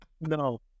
no